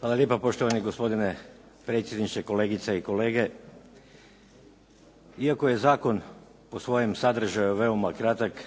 Hvala lijepa. Poštovani gospodine predsjedniče, kolegice i kolege. Iako je zakon po svojem sadržaju veoma kratak